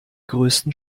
größten